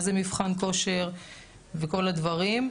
איזה מבחן כושר וכל הדברים.